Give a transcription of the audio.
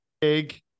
big